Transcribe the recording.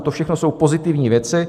To všechno jsou pozitivní věci.